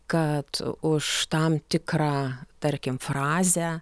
kad už tam tikrą tarkim frazę